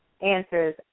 answers